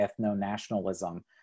ethno-nationalism